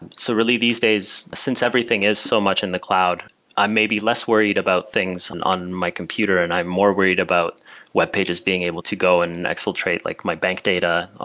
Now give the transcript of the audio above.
and so really these days, since everything is so much in the cloud i may be less worried about things and on my computer and i'm more worried about webpages being able to go and exfiltrate like my bank data,